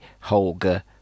Holger